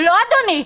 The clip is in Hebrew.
לא, אדוני.